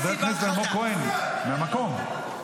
חבר הכנסת אלמוג כהן, מהמקום.